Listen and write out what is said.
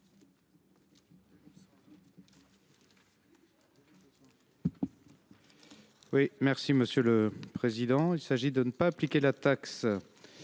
merci.